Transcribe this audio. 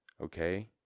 okay